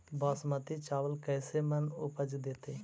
बासमती चावल कैसे मन उपज देतै?